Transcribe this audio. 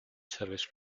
service